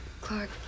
Clark